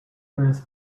earth